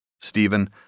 Stephen